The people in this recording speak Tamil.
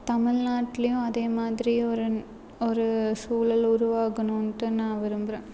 தமிழ்நாட்லேயும் அதே மாதிரி ஒரு ஒரு சூழல் உருவாகணுன்னுட்டு நான் விரும்புகிறேன்